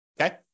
Okay